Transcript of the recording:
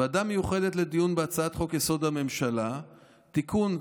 ועדה מיוחדת לדיון בהצעת חוק-יסוד: הממשלה (תיקון,